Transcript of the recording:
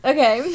Okay